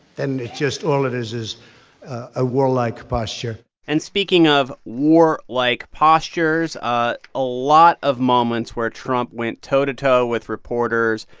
then just all it is is a warlike posture and speaking of warlike like postures, ah a lot of moments where trump went toe-to-toe with reporters,